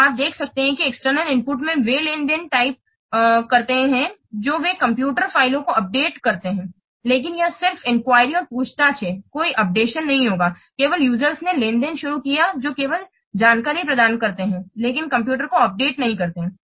तो आप देख सकते हैं कि एक्सटर्नल इनपुट में वे लेनदेन टाइप करते हैं जो वे कंप्यूटर फ़ाइलों को अपडेट करते हैं लेकिन यह सिर्फ इंक्वायरी और पूछताछ है कोई अपडेशन नहीं होगा केवल यूजरस ने लेनदेन शुरू किया जो केवल जानकारी प्रदान करते हैं लेकिन कंप्यूटर को अपडेट नहीं करते हैं